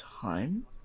time